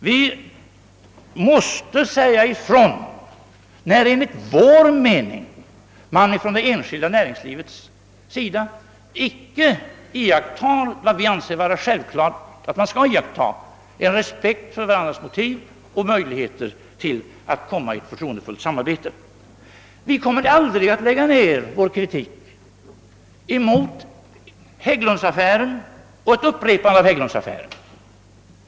Vi måste säga ifrån när enligt vår mening det enskilda näringslivet icke iakttar vad vi anser vara Ssjälvklart, nämligen att visa respekt för varandras motiv och söka skapa möjligheter att komma i ett förtroendefullt samarbete. Vi kommer aldrig att lägga ner vår kritik mot sådana företeelser som Hägglundsaffären.